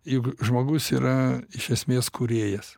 juk žmogus yra iš esmės kūrėjas